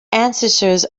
ancestors